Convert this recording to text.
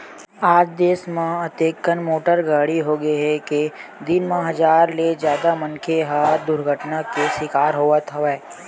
आज देस म अतेकन मोटर गाड़ी होगे हे के दिन म हजार ले जादा मनखे ह दुरघटना के सिकार होवत हवय